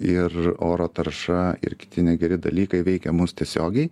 ir oro tarša ir kiti negeri dalykai veikia mus tiesiogiai